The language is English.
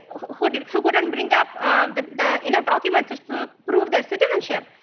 who wouldn't who wouldn't bring up the the you know documents to so prove their citizenship.